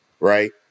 right